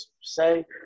say